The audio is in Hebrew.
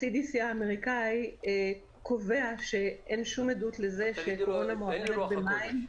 ה-CDC האמריקאי קובע שאין שום עדות לזה שקורונה מועברת במים,